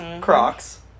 crocs